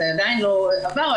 זה עדיין לא עבר,